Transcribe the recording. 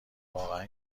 واقعا